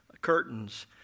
curtains